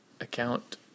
account